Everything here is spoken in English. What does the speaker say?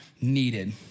needed